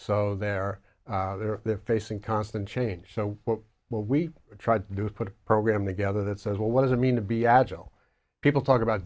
so they're there they're facing constant change so what we try to do is put a program together that says well what does it mean to be agile people talk about